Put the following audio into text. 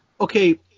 Okay